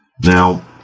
now